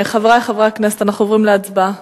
חברי חברי הכנסת, אנחנו עוברים להצבעה.